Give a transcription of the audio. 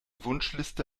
wunschliste